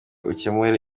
ukemura